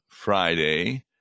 Friday